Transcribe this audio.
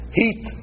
heat